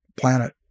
planet